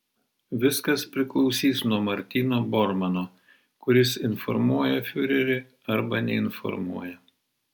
viskas priklausys nuo martyno bormano kuris informuoja fiurerį arba neinformuoja